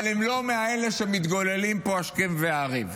אבל הם לא מאלה שמתגוללים פה השכם והערב?